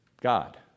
God